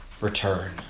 return